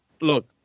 look